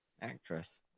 Actress